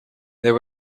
there